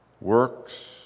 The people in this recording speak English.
Works